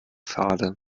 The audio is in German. fade